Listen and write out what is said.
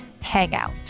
hangout